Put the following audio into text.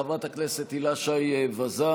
חברת הכנסת הילה שי וזאן,